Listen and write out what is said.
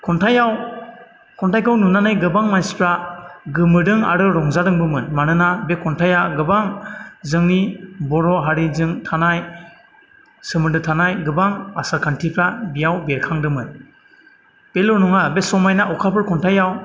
खन्थाइयाव खन्थाइखौ नुनानै गोबां मानसिफ्रा गोमोदों आरो रंजादोंबोमोन मानोना बे खन्थाइया गोबां जोंनि बर' हारिजों थानाय सोमोन्दो थानाय गोबां आसारखान्थिफ्रा बेयाव बेरखांदोंमोन बेल' नङा बे समायना अखाफोर खन्थाइयाव